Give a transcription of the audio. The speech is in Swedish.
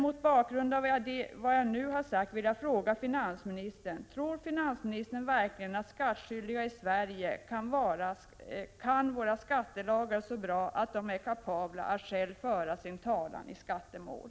Mot bakgrund av vad jag här har sagt skulle jag vilja fråga: Tror finansministern verkligen att skattskyldiga i Sverige kan våra skattelagar så bra att de är kapabla att själva föra sin talan i skattemål?